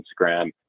Instagram